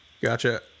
Gotcha